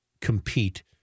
compete